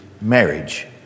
marriage